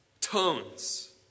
tones